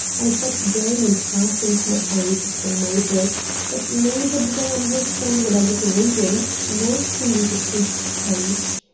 i sat down and fastened my eyes upon my book but neither did i understand what i was reading nor see the printed page.